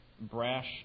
brash